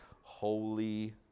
Holy